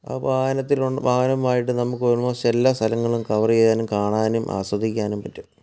ആ വാഹനത്തിൽ വാഹനമായിട്ട് നമുക്ക് ഓൾമോസ്റ്റ് എല്ലാ സ്ഥലങ്ങളും കവർ ചെയ്യാനും കാണാനും ആസ്വദിക്കാനും പറ്റും